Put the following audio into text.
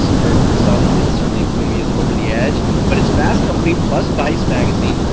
for for some, it certainly maybe is over the edge but it's fast company plus vice magazine,